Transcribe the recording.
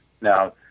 Now